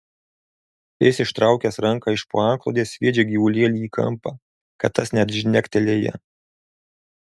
jis ištraukęs ranką iš po antklodės sviedžia gyvulėlį į kampą kad tas net žnektelėja